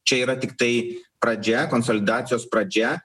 čia yra tiktai pradžia konsolidacijos pradžia